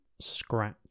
scratch